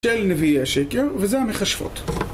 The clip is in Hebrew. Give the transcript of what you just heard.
של נביאי השקר, וזה המכשפות.